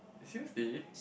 seriously